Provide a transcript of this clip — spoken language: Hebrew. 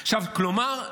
כלומר,